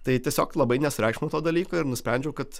tai tiesiog labai nesureikšminu to dalyko ir nusprendžiau kad